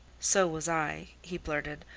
so was i, he blurted.